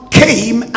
came